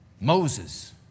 Moses